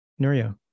Nuria